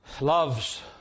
loves